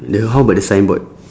the how about the signboard